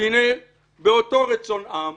והנה, באותו רצון עם,